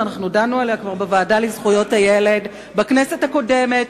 דנו כבר על הפרשנות בוועדה לזכויות הילד בכנסת הקודמת,